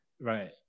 Right